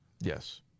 Yes